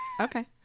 Okay